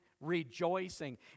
rejoicing